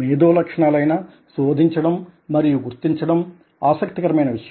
మేధో లక్షణాలైన శోధించడం మరియు గుర్తించడం ఆసక్తికరమైన విషయం